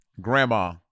Grandma